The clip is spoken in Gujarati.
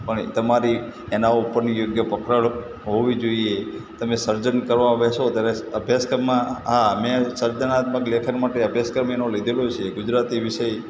પણ તમારી એના પરની યોગ્ય પકડ હોવી જોઈએ તમે સર્જન કરવામાં બેસો ત્યારે અભ્યાસક્રમમાં હા મેં સર્જનાત્મક લેખન માટે અભ્યાસક્રમ એનો લીધેલો છે ગુજરાતી વિષય